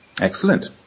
Excellent